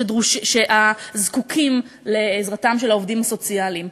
שזקוקים לעזרתם של העובדים הסוציאליים?